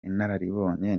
inararibonye